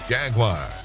Jaguar